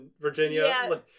Virginia